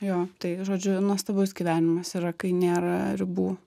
jo tai žodžiu nuostabus gyvenimas yra kai nėra ribų